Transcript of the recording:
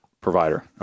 provider